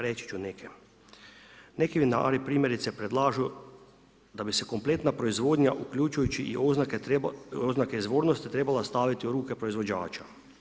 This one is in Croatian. Reći ću nekaj, neki vinari primjerice predlažu da bi se kompletna proizvodnja, uključujući i oznake izvornosti, trebale staviti u ruke proizvođača.